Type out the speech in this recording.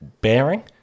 bearing